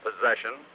Possession